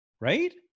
right